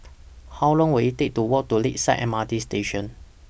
How Long Will IT Take to Walk to Lakeside M R T Station